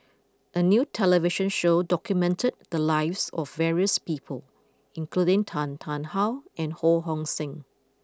a new television show documented the lives of various people including Tan Tarn How and Ho Hong Sing